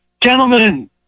gentlemen